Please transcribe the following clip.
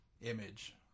Image